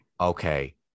Okay